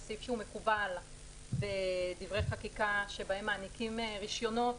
זה סעיף שהוא מקובל בדברי חקיקה שבהם מעניקים רישיונות